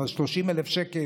אבל 30,000 שקל.